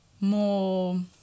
more